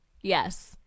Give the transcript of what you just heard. yes